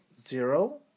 zero